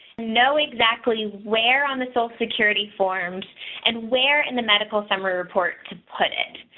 know exactly where on the social security forms and where in the medical summary report to put it.